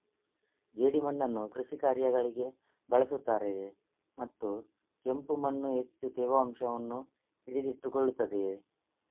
ಜೇಡಿಮಣ್ಣನ್ನು ಕೃಷಿ ಕಾರ್ಯಗಳಿಗೆ ಬಳಸುತ್ತಾರೆಯೇ ಮತ್ತು ಕೆಂಪು ಮಣ್ಣು ಹೆಚ್ಚು ತೇವಾಂಶವನ್ನು ಹಿಡಿದಿಟ್ಟುಕೊಳ್ಳುತ್ತದೆಯೇ?